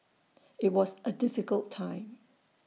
IT was A difficult time